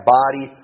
body